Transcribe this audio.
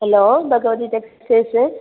hello Bhagavathi textiles